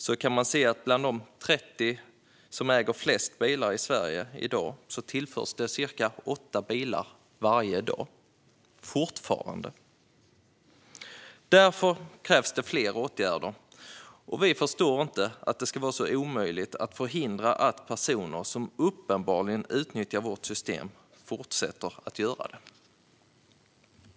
Om man bara ser till de 30 som äger flest bilar i Sverige i dag kan man se att de tillförs cirka åtta bilar varje dag - fortfarande. Därför krävs det fler åtgärder. Vi förstår inte att det ska vara så omöjligt att förhindra att personer som uppenbart utnyttjar vårt system fortsätter göra det.